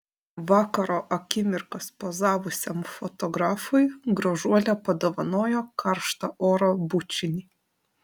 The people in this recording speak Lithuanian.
vakaro akimirkas pozavusiam fotografui gražuolė padovanojo karštą oro bučinį